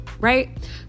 right